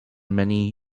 many